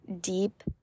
deep